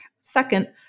Second